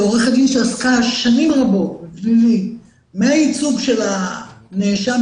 כעורכת דין שעסקה שנים רבות מייצוג של הנאשם